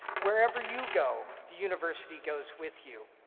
wherever you go, the university goes with you.